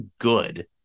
good